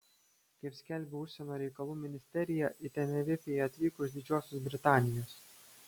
kaip skelbia užsienio reikalų ministerija į tenerifę jie atvyko iš didžiosios britanijos